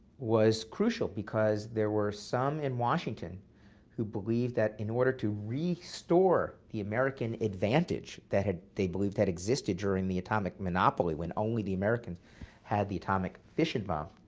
was crucial, because there were some in washington who believed that in order to restore the american advantage that they believed had existed during the atomic monopoly, when only the americans had the atomic fission bomb,